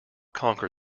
conquer